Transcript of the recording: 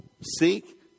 seek